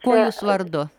kuo jūs vardu